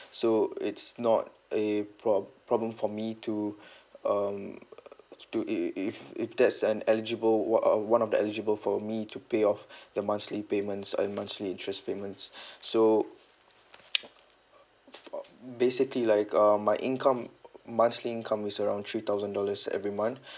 so it's not a prob problem for me to um to if if if there's an eligible one uh one of the eligible for me to pay off the monthly payments and monthly interest payments so uh basically like uh my income monthly income is around three thousand dollars every month